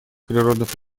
природных